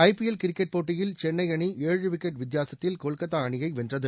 ஐ P L cricket போட்டியில் சென்னை அணி ஏழு விக்கெட் வித்தியாசத்தில் கொல்கத்தா அணியை வென்றது